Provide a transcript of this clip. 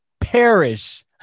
perish